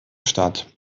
stadt